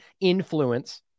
influence